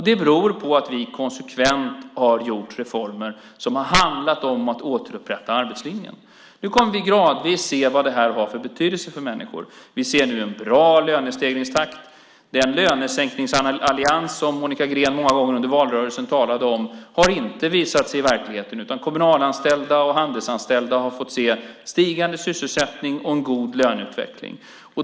Detta beror på att vi konsekvent har gjort reformer som har handlat om att återupprätta arbetslinjen. Nu kommer vi gradvis att se vad detta har för betydelse för människor. Vi ser nu en bra lönestegringstakt. Den lönesänkningsallians som Monica Green talade om så många gånger under valrörelsen har inte visat sig i verkligheten, utan kommunalanställda och handelsanställda har fått se stigande sysselsättning och en god löneutveckling.